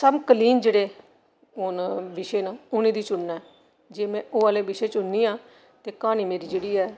समकलीन जेह्डे़ ओह् न विशे न उ'नें गी चुनना ऐ जे में ओह् आह्ले विशे चुननियां ते क्हानी मेरी जेह्ड़ी ऐ